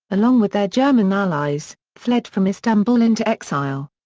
along with their german allies, fled from istanbul into exile.